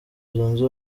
zunze